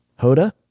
Hoda